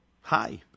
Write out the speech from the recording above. Hi